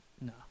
No